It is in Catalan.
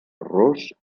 ros